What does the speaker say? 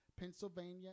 Pennsylvania